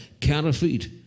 Counterfeit